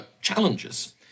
challenges